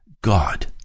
God